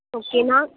okay நான்